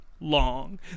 long